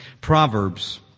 Proverbs